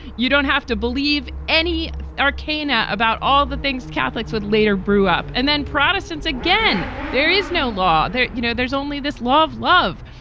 you don't have to believe any arcane ah about all the things catholics would later brew up and then protestants again. there is no law there. you know, there's only this love, love.